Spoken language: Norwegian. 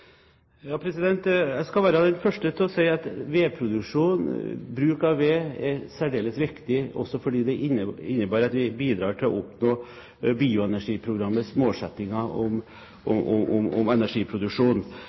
Jeg skal være den første til å si at vedproduksjon og bruk av ved er særdeles viktig også fordi det innebærer at vi bidrar til å oppnå Bioenergiprogrammets målsettinger om